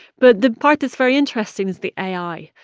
but the part that's very interesting is the ai.